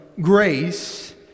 grace